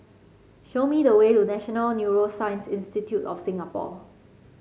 show me the way to National Neuroscience Institute of Singapore